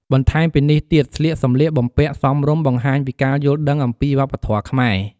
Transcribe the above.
បន្ថែមពីនេះទៀតស្លៀកសម្លៀកបំពាក់សមរម្យបង្ហាញពីការយល់ដឹងអំពីវប្បធម៌ខ្មែរ។